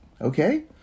okay